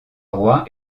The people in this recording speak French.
roi